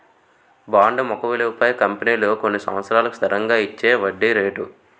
bond ముఖ విలువపై కంపెనీలు కొన్ని సంవత్సరాలకు స్థిరంగా ఇచ్చేవడ్డీ రేటు